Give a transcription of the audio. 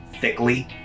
thickly